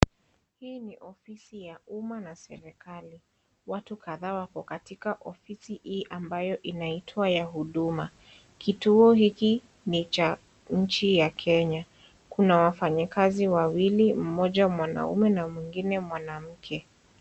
Hii ni ofisi ya umma na serikali, watu kadhaa wako katika ofisi hii ambayo inaitwa ya huduma, kituo hiki ni cha nchi ya Kenya, kuna wafanyikazi wawili mmoja mwanaume na mwingine mwanamke.